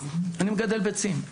אני גדל ביצים,